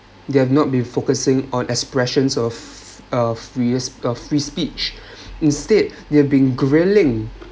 they have not been focusing on expressions of a free free speech instead they've being grilling